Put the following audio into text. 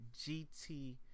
GT